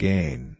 Gain